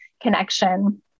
connection